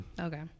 okay